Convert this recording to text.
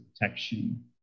protection